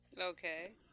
Okay